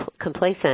complacent